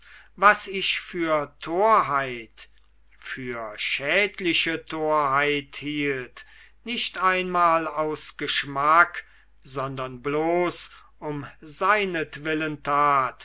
was ich für torheit für schädliche torheit hielt nicht einmal aus geschmack sondern bloß um